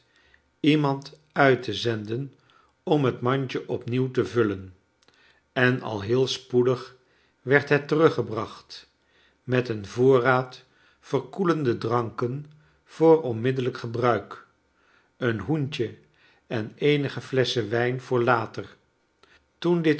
iemand uit te zenden om het mandje opnieuw te vullen en al heel spoedig werd het teruggebracht met een voorraad verkoeiende dranken voor onmiddellijk gebruik een hoentje en eenige hesse hen wijn voor later toen dit